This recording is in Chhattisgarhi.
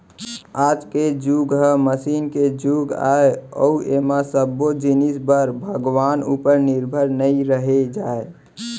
आज के जुग ह मसीन के जुग आय अउ ऐमा सब्बो जिनिस बर भगवान उपर निरभर नइ रहें जाए